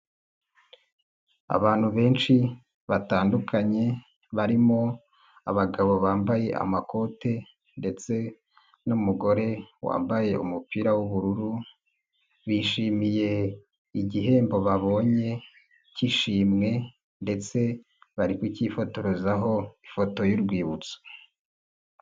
Abantu benshi batandukanye barimo abagabo bambaye amakote, ndetse n'umugore wambaye umupira w'ubururu, bishimiye igihembo babonye k'ishimwe ndetse bari kukifotorezaho ifoto y'urwibutso.